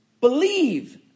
Believe